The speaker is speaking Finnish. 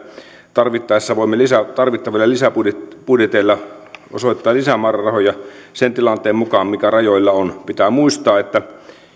tarvittaessa voimme tarvittavilla lisäbudjeteilla osoittaa lisämäärärahoja sen tilanteen mukaan mikä rajoilla on pitää muistaa että